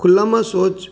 ખુલ્લામાં શૌચ